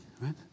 right